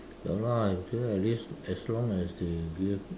ya lah I feel at least as long as they give